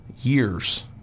years